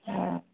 हँ